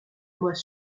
mois